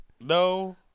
No